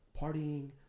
partying